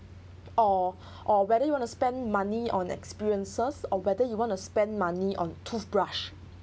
or or whether you want to spend money on experiences or whether you want to spend money on toothbrush